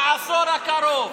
בעשור הקרוב.